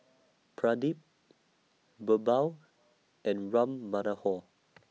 Pradip Birbal and Ram Manohar